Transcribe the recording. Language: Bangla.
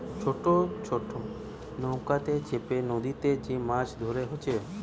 ছোট ছোট নৌকাতে চেপে নদীতে যে মাছ ধোরা হচ্ছে